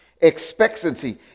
expectancy